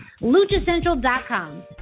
LuchaCentral.com